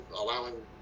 allowing